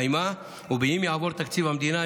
ואם יעבור תקציב המדינה,